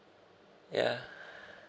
yeah